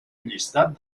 llistat